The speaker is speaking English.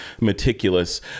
meticulous